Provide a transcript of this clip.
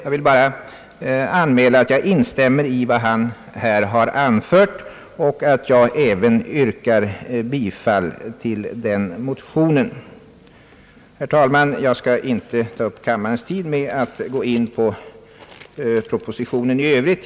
Jag vill bara anmäla att jag instämmer i vad han har anfört och att jag även yrkar bifall till motionen. Herr talman! Jag skall inte ta upp kammarens tid med att gå in på propositionen i övrigt.